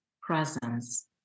presence